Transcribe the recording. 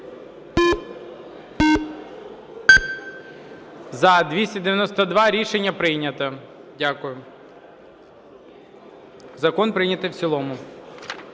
За-292 Рішення прийнято. Дякую. Закон прийнятий в цілому.